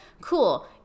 Cool